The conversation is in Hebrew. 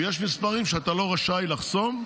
ויש מספרים שאתה לא רשאי לחסום,